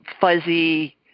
fuzzy